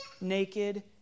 naked